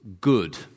good